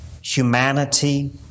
humanity